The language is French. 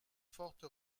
forte